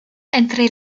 entre